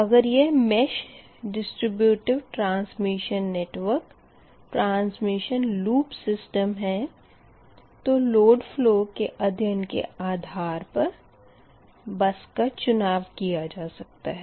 अगर यह mesh distributed transmission network transmission loop system है तो लोड फ़लो के अदध्यन के आधार पर बस का चुनाव किया जा सकता है